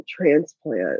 transplant